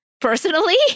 personally